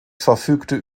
verfügte